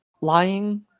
lying